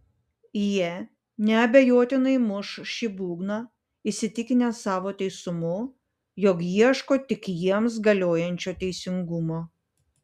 jie neabejotinai muš šį būgną įsitikinę savo teisumu jog ieško tik jiems galiojančio teisingumo